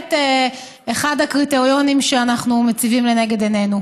בהחלט אחד הקריטריונים שאנחנו מציבים לנגד עינינו.